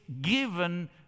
given